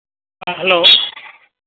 ᱦᱮᱸ ᱦᱮᱞᱳ